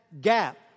gap